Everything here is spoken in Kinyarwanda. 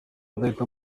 nzahita